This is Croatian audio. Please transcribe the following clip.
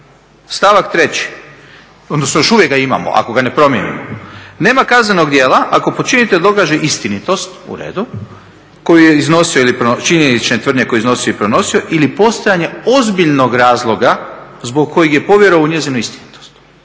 stavak 3., odnosno još uvijek ga imamo ako ga ne promijenimo. Nema kaznenog djela ako počinitelj dokaže istinitost u redu koju je iznosio, činjenične tvrdnje koje je iznosio i prenosio ili postojanje ozbiljnog razloga zbog kojeg je povjerovao u njezinu istinitost.